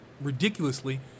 ridiculously